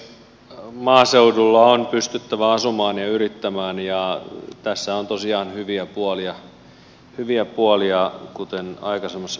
maaseudulla on pystyttävä asumaan ja yrittämään ja tässä on tosiaan hyviä puolia kuten aikaisemmassa puheenvuorossa sanoin